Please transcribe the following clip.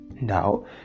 Now